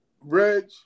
Reg